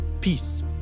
Peace